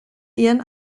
ihren